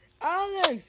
Alex